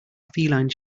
feline